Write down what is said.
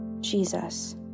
Jesus